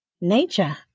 Nature